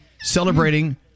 celebrating